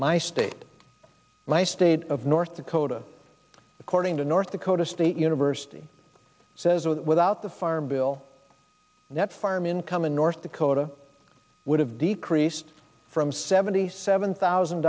my state my state of north dakota according to north dakota state university says without the farm bill that farm income in north dakota would have decreased from seventy seven thousand